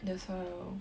that's why lor